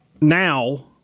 now